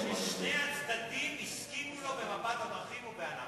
זה היעד ששני הצדדים הסכימו לו במפת הדרכים ובאנאפוליס.